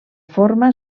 forma